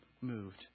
moved